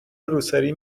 روسری